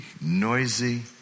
noisy